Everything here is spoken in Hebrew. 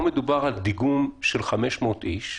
פה מדובר על דיגום של 500 איש,